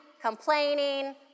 complaining